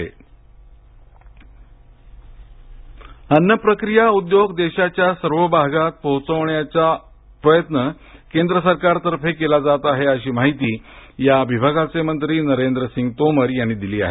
तोमर अन्न प्रक्रिया उद्योग देशाच्या सर्व भागात पोचवण्याचा प्रयत्न केंद्र सरकार तर्फे केला जात आहे अशी माहिती या विभागाचे मंत्री नरेंद्र सिंग तोमर यांनी दिली आहे